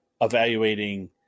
evaluating